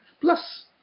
plus